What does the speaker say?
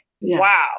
Wow